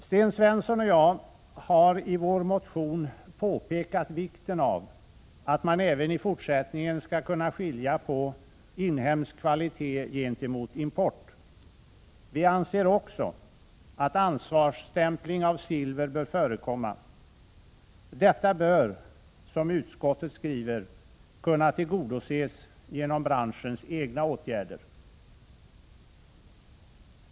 Sten Svensson och jag har i vår motion pekat på vikten av att man även i fortsättningen skall kunna skilja på inhemsk kvalitet och import. Vi anser också att ansvarsstämpling av silver bör förekomma. Detta önskemål bör — som utskottet skriver — kunna tillgodoses genom branschens egna åtgärder.